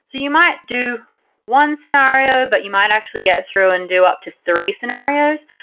so you might do one scenario, but you might actually go through and do up to three scenarios.